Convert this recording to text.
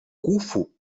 куффу